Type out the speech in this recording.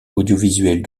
audiovisuelle